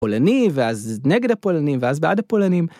פולני ואז נגד הפולנים ואז בעד הפולנים.